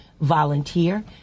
volunteer